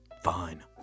Fine